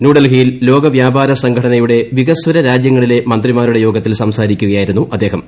ന്യൂഡൽഹിയിൽ ലോകവ്യാപാര സംഘടനയുടെ വികസ്വര രാജ്യങ്ങളിലെ മന്ത്രിമാരുടെ യോഗത്തിൽ സംസാരിക്കുകയായിരുന്നു അദ്ദേഹം